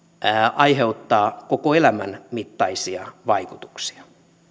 aiheuttaa koko elämän mittaisia vaikutuksia